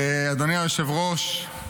אדוני היושב-ראש,